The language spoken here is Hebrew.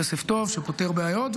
כסף טוב שפותר בעיות,